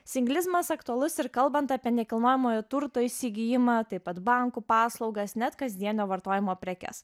singlizmas aktualus ir kalbant apie nekilnojamojo turto įsigijimą taip pat bankų paslaugas net kasdienio vartojimo prekes